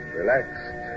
relaxed